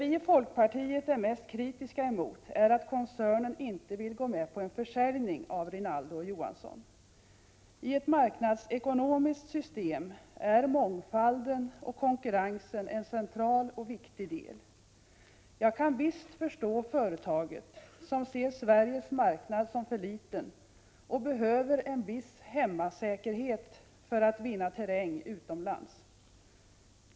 I folkpartiet är vi mest kritiska emot att koncernen inte vill gå med på en försäljning av Rinaldo & Johansson. I ett marknadsekonomiskt system är mångfalden och konkurrensen en central och viktig del. Jag kan visst förstå företaget, som anser att Sveriges marknad är för liten och som behöver en viss hemmasäkerhet för att vinna terräng utomlands.